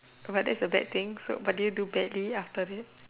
but that's the bad thing so but did you do badly after that